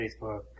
Facebook